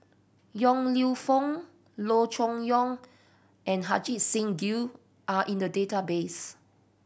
Yong Lew Foong Loo Choon Yong and Ajit Singh Gill are in the database